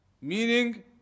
meaning